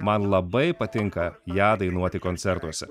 man labai patinka ją dainuoti koncertuose